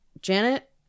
Janet